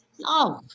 love